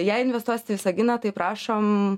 jei investuosit į visaginą tai prašom